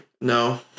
No